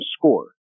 score